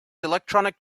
electronic